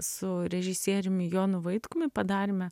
su režisieriumi jonu vaitkumi padarėme